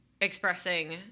expressing